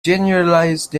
generalized